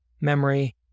memory